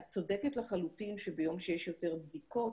את צודקת לחלוטין שביום שיש יותר בדיקות,